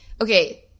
okay